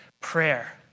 prayer